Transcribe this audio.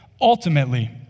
Ultimately